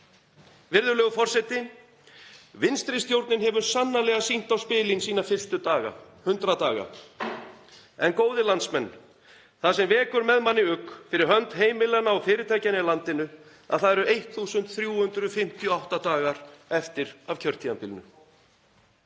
Virðulegur forseti. Vinstri stjórnin hefur sannarlega sýnt á spilin sína fyrstu 100 daga. En góðir landsmenn, það sem vekur með manni ugg fyrir hönd heimilanna og fyrirtækjanna í landinu er að það eru 1.358 dagar eftir af kjörtímabilinu.